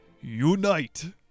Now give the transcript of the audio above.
unite